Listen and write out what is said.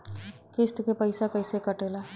किस्त के पैसा कैसे कटेला?